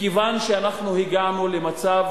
מכיוון שאנחנו הגענו למצב